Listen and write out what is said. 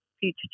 future